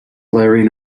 layering